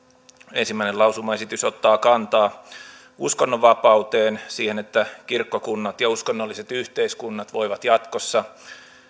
ensimmäinen lausumaesitys ottaa kantaa uskonnonvapauteen siihen että kirkkokunnat ja uskonnolliset yhdyskunnat voivat jatkossa